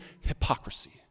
hypocrisy